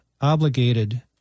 obligated